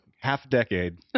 half-decade